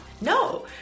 No